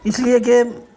اس لیے کہ